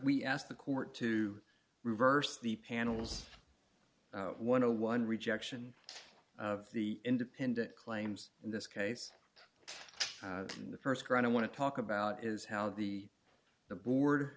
we asked the court to reverse the panel's one hundred and one rejection of the independent claims in this case in the st round i want to talk about is how the the board